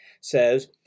says